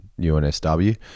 UNSW